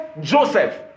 Joseph